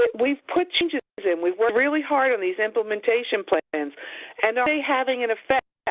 we've put changes in. we worked really hard on these implementation plans, and are they having an effect.